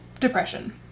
Depression